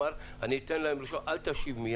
אני אתן להם לשאול, אל תשיב מיד.